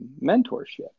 mentorship